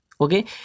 Okay